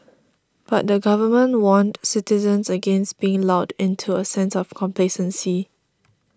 but the Government warned citizens against being lulled into a sense of complacency